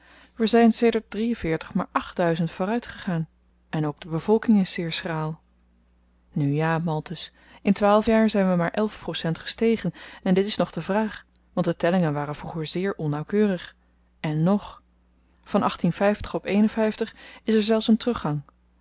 we zyn sedert maar achtduizend vooruit gegaan en ook de bevolking is zeer schraal nu ja malthus in twaalf jaar zyn we maar elf procent gestegen en dit is nog de vraag want de tellingen waren vroeger zeer onnauwkeurig en nog van is er zelfs een teruggang